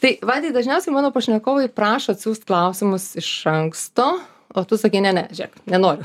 tai vaidai dažniausiai mano pašnekovai prašo atsiųst klausimus iš anksto o tu sakei ne ne žėk nenoriu